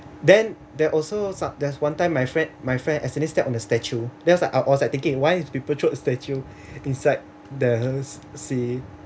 then there are also some there's one time my friend my friend actually step on a statue that was like I was like thinking why people throw statue inside the seat